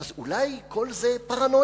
אז אולי כל זה פרנויה,